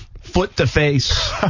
foot-to-face